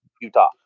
Utah